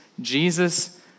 Jesus